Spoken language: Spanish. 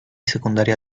secundaria